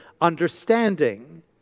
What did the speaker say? understanding